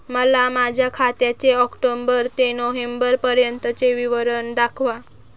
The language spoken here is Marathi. मला माझ्या खात्याचे ऑक्टोबर ते नोव्हेंबर पर्यंतचे विवरण दाखवा